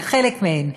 לחלק מהן.